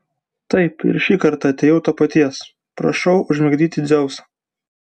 taip ir šį kartą atėjau to paties prašau užmigdyti dzeusą